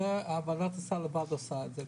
ועדת הסל לבד עושה את זה,